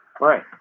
Right